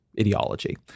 ideology